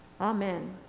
amen